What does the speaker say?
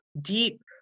deep